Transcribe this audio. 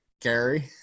Gary